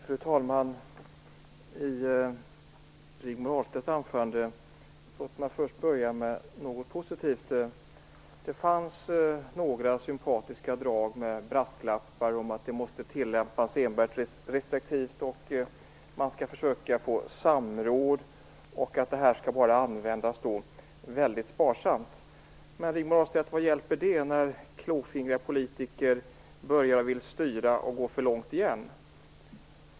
Fru talman! Låt mig börja med något positivt i Rigmor Ahlstedts anförande. Det fanns några sympatiska drag med brasklappar om att det måste tillämpas enbart restriktivt, att man skall försöka få samråd och att det här skall användas väldigt sparsamt. Men, Rigmor Ahlstedt, vad hjälper det när klåfingriga politiker börjar vilja styra och går för långt igen?